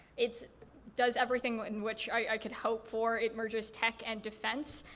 it does everything in which i could hope for, it merges tech and defense.